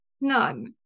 none